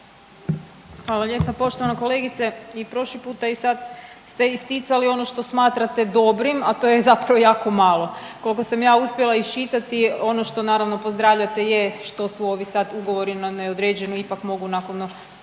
Hvala lijepa. Poštovana kolegice i prošli puta i sad ste isticali ono što smatrate dobrim, a to je zapravo jako malo. Koliko sam ja uspjela iščitati ono što naravno pozdravljate je što su ovi sad ugovori na neodređeno ipak mogu nakon kraćeg